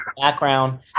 background